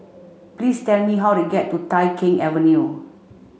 please tell me how to get to Tai Keng Avenue